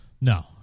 No